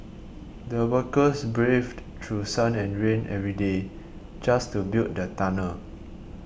the workers braved through sun and rain every day just to build the tunnel